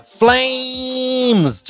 flames